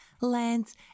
lands